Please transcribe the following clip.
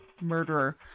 murderer